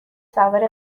سوار